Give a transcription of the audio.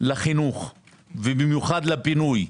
לחינוך ובמיוחד לבינוי.